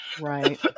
right